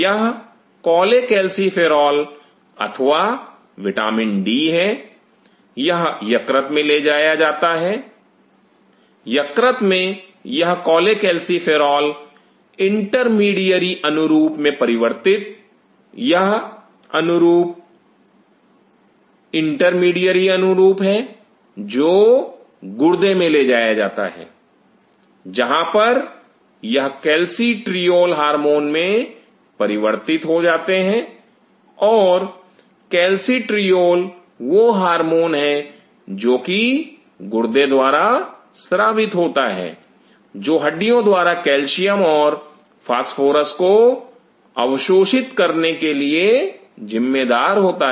यह कॉलेकैल्सिफेरॉल अथवा vitamin D है यह यकृत में ले जाया जाता है यकृत में यह कॉलेकैल्सिफेरॉल इंटरमीडियरी अनुरूप में परिवर्तित यह अनुरूप इंटरमीडियरी अनुरूप है जो गुर्दे में ले जाया जाता है जहां पर यह कैल्सिट्रियोल हार्मोन में परिवर्तित हो जाता है और कैल्सिट्रियोल वह हार्मोन है जो कि गुर्दे द्वारा स्रावित होता है जो हड्डियों द्वारा कैल्शियम और फास्फोरस को अवशोषित करने के लिए जिम्मेदार होता है